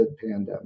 pandemic